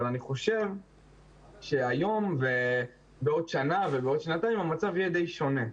אבל אני חושב שהיום ובעוד שנה ובעוד שנתיים המצב יהיה די שונה.